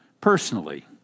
personally